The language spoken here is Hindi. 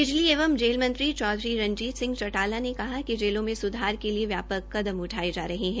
बिजली एवं जेल मंत्री चौधरी रंजीत सिंह चौटाला ने कहा कि जेलों में सुधार के लिए व्यापक कदम उठाए जा रहे हैं